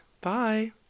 bye